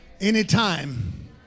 anytime